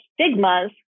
stigmas